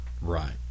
right